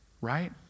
Right